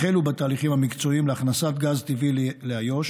החלו בתהליכים המקצועיים להכנסת גז טבעי לאיו"ש